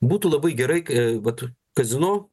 būtų labai gerai vat kazino